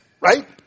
Right